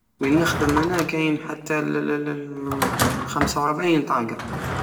وينونخدم انا كاين حتى لخمسة وربعين طاقة